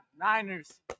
Niners